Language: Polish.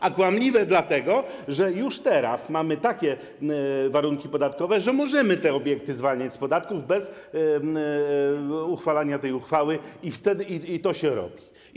A kłamliwe dlatego, że już teraz mamy takie warunki podatkowe, że możemy te obiekty zwalniać z podatków bez uchwalania tej ustawy, i to jest robione.